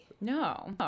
No